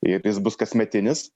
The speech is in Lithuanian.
ir jis bus kasmetinis